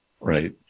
right